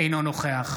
אינו נוכח